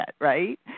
right